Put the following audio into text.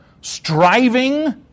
striving